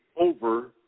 over